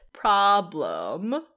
problem